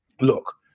look